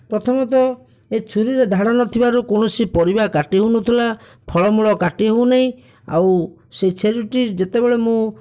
ପ୍ରଥମତଃ ଏ ଛୁରୀରେ ଧାଢ଼ ନଥିବାରୁ କୌଣସି ପରିବା କାଟି ହେଉନଥିଲା ଫଳ ମୂଳ କାଟି ହେଉନାହିଁ ଆଉ ସେ ଛେରୁଟି ଯେତେବେଳେ ମୁଁ